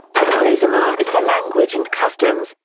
the fa'asamoa is the language and customs,